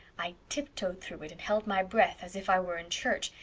i tiptoed through it and held my breath, as if i were in church,